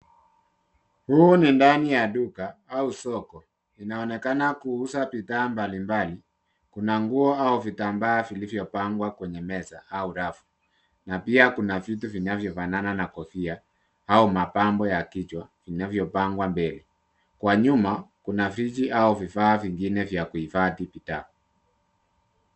Huu ni ndani ya duka au soko inaonekana kuuza bidhaa mbalimbali. Kuna nguo au vitambaa vilivyopangwa kwenye meza au rafu na pia kuna vitu vinavyofanana na kofia au mapambo ya kichwa vinavyopangwa mbele. Kwa nyuma kuna friji au vifaa vingine vya kuhifadhi bidhaa.